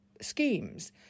schemes